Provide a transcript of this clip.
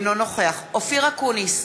אינו נוכח אופיר אקוניס,